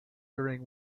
during